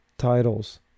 titles